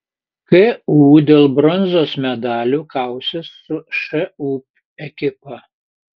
ku dėl bronzos medalių kausis su šu ekipa